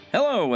Hello